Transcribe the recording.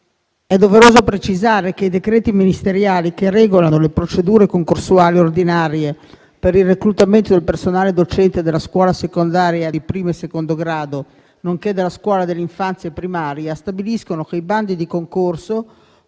è doveroso precisare che i decreti ministeriali che regolano le procedure concorsuali ordinarie per il reclutamento del personale docente della scuola secondaria di primo e secondo grado, nonché della scuola dell'infanzia e primaria, stabiliscono che i bandi di concorso